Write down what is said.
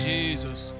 Jesus